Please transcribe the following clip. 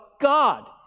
God